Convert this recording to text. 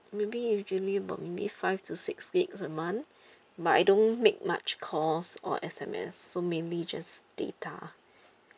maybe usually about five to six gig a month but I don't make much calls or S_M_S so mainly just data